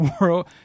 world